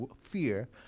fear